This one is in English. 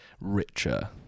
richer